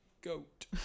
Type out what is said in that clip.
goat